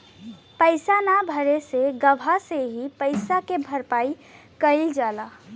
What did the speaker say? करजा न भरे पे गवाह से ही पइसा के भरपाई कईल जाला